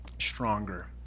stronger